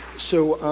so,